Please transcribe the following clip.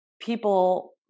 people